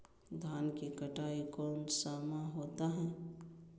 धान की कटाई कौन सा माह होता है?